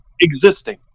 existing